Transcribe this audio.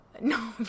No